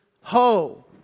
ho